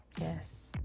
Yes